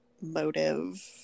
motive